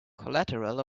collateral